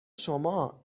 شما